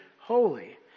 holy